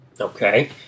Okay